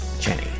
Jenny